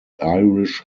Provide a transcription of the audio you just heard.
irish